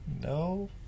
No